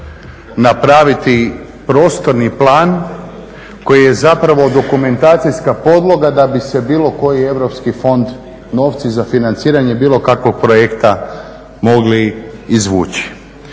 napraviti Prostorni plan koji je zapravo dokumentacijska podloga da bi se bilo koji europski fond, novci za financiranje bilo kakvog projekta mogli izvući.